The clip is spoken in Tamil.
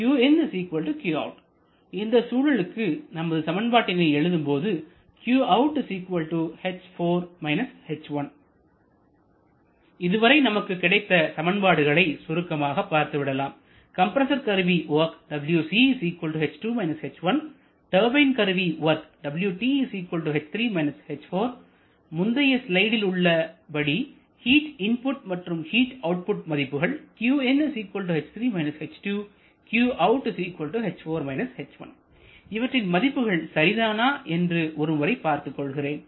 qin qout இந்த சூழலுக்கு நமது சமன்பாட்டினை எழுதும்போது இதுவரை நமக்கு கிடைத்த சமன்பாடுகளை சுருக்கமாக பார்த்துவிடலாம் கம்பரசர் கருவி work wc h2 − h1 turbine கருவி வொர்க் முந்தைய ஸ்லைடில் உள்ளபடி ஹிட் இன்புட் மற்றும் ஹீட் அவுட்புட் மதிப்புகள் இவற்றின் மதிப்புகள் சரிதானா என்று ஒருமுறை பார்த்துக் கொள்கிறேன்